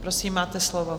Prosím, máte slovo.